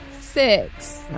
Six